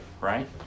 right